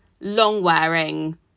long-wearing